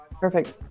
perfect